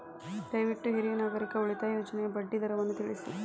ದಯವಿಟ್ಟು ಹಿರಿಯ ನಾಗರಿಕರ ಉಳಿತಾಯ ಯೋಜನೆಯ ಬಡ್ಡಿ ದರವನ್ನು ತಿಳಿಸಿ